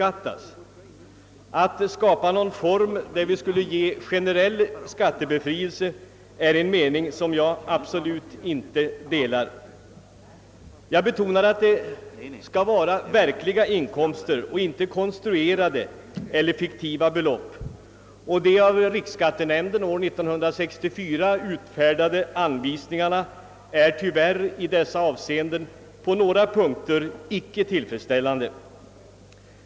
Att man skulle skapa någon form av generell skattebefrielse i sådana fall, är en mening som jag absolut inte delar. Jag betonar att det skall vara verkliga inkomster och inte konstruerade eller fiktiva belopp, och de av riksskattenämnden år 1964 utfärdade anvisningarna är tyvärr i dessa avseenden icke tillfredsställande.